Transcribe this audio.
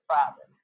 Father